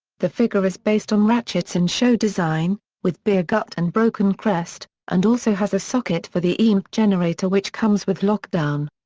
the figure is based on ratchet's and in-show design, with beer-gut and broken crest, and also has a socket for the emp generator which comes with lockdown.